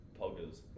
poggers